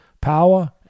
Power